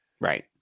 Right